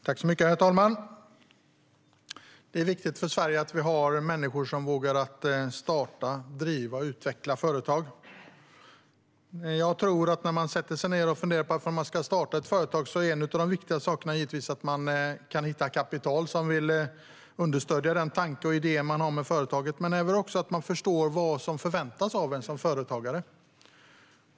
Herr talman! Det är viktigt för Sverige att vi har människor som vågar starta, driva och utveckla företag. När man sätter sig ned och funderar på att starta ett företag tror jag att en av de viktigaste sakerna handlar om att man kan hitta kapital som kan understödja den tanke och idé man har med företaget. Men det handlar också om att förstå vad som förväntas av en som företagare.